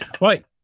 Right